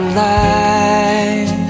light